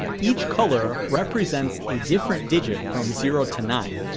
each color represents a different digit from zero to nine.